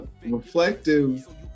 Reflective